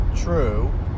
true